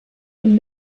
und